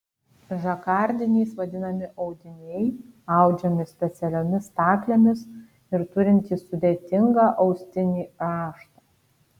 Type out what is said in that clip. žakardiniais vadinami audiniai audžiami specialiomis staklėmis ir turintys sudėtingą austinį raštą